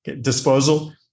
disposal